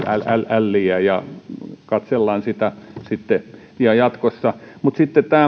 älliä ja katsellaan sitä sitten jatkossa mutta